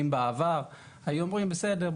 אם בעבר היו אומרים "..בסדר,